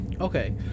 Okay